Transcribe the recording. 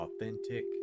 authentic